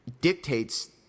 dictates